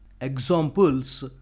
Examples